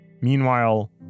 Meanwhile